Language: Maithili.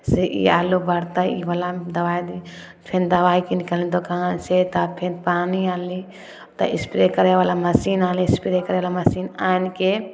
से ई आलू बढ़तै ईवला दवाइ दी फेन दवाइ कीनिकऽ दोकानसे तऽ फेन पानी अनली तऽ एस्प्रे करैवला मशीन अनली एस्प्रे करैवला मशीन आनिके